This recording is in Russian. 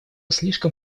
слишком